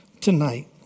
tonight